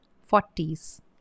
forties